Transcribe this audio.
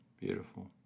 beautiful